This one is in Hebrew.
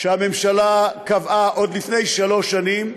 שהממשלה קבעה עוד לפני שלוש שנים.